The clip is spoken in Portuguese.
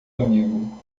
amigo